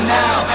now